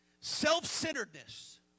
Self-centeredness